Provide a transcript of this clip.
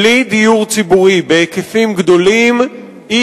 בלי דיור ציבורי בהיקפים גדולים לא